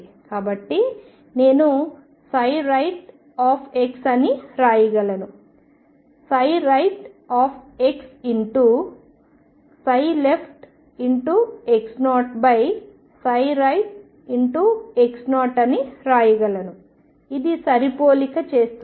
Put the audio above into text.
కాబట్టి నేను rightx అని వ్రాయగలను rightxleftx0rightx0 అని వ్రాయగలను ఇది సరిపోలిక చేస్తుంది